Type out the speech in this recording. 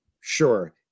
Sure